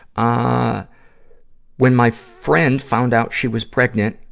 ah when my friend found out she was pregnant,